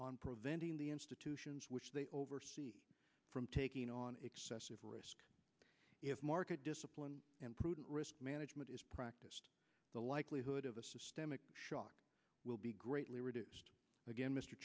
on preventing the institutions which they oversee from taking on excessive risk if market discipline and prudent risk management is practiced the likelihood of a shock will be greatly reduced again mr